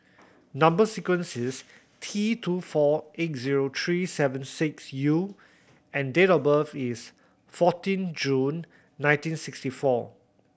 number sequence is T two four eight zero three seven six U and date of birth is fourteen June nineteen sixty four